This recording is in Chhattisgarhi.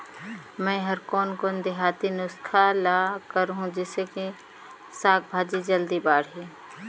मै हर कोन कोन देहाती नुस्खा ल करहूं? जिसे कि साक भाजी जल्दी बाड़ही?